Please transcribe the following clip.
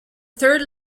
third